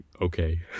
okay